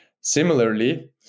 Similarly